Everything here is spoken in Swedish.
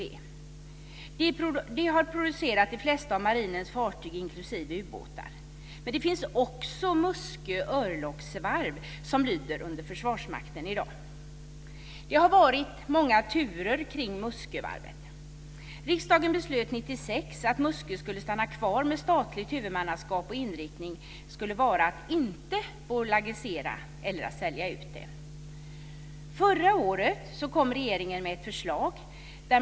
Man har producerat de flesta av marinens fartyg inklusive ubåtar. Men det finns också Det har varit många turer kring Muskövarvet. Riksdagen beslöt 1996 att Muskö skulle stanna kvar med statligt huvudmannaskap, och inriktningen skulle vara att inte bolagisera eller att sälja ut det. Förra året kom regeringen med ett förslag.